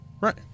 Right